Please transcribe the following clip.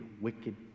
wicked